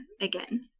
again